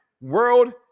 World